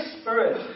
Spirit